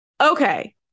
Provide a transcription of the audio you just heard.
okay